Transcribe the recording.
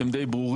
הם די ברורים.